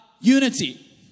unity